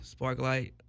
Sparklight